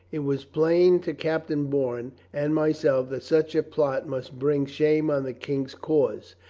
it was plain to captain bourne and myself that such a plot must bring shame on the king's cause,